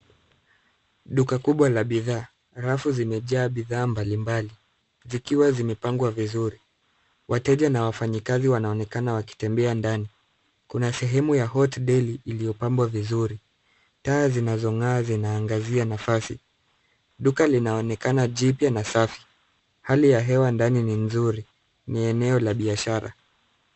Duka kubwa la bidhaa. Rafu zimejaa bidhaa mbalimbali zikiwa zimepangwa vizuri. Wateja na wafanyakazi wanaonekana wakitembea ndani. Kuna sehemu [cs ] Hot belly [cs ] iliyo pambwa vizuri. Taa zinazo ng'aa zinaangazianafasi. Duka linaonekana jipya na safi. Hali ya hewa ndani ni nzuri. Ni eneo la biashara.